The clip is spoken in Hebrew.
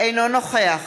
אינו נוכח